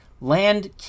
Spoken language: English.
Land